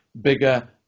bigger